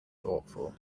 thoughtful